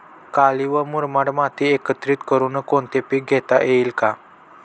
काळी व मुरमाड माती एकत्रित करुन कोणते पीक घेता येईल का?